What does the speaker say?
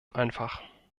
einfach